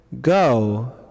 go